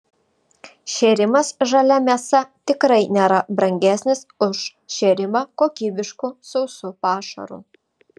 šėrimas žalia mėsa tikrai nėra brangesnis už šėrimą kokybišku sausu pašaru